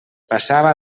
passava